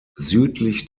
südlich